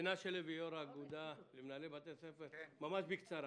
מנשה לוי, יו"ר האגודה, מנהלי בתי ספר, בקצרה.